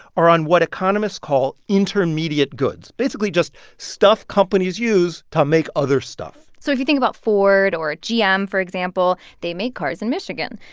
are on what economists call intermediate goods basically, just stuff companies use to make other stuff so if you think about ford or gm, for example, they make cars in michigan.